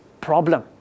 problem